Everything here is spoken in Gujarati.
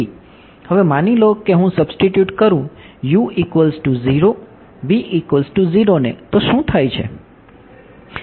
હવે માની લો કે હુંસબ્સ્ટિટ્યુટ કરું u 0 v 0 ને તો શું થાય છે